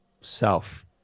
self